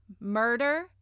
murder